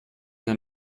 denn